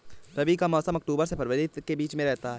रबी का मौसम अक्टूबर से फरवरी के बीच में होता है